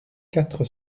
quatre